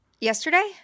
yesterday